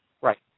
Right